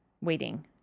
waiting